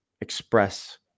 express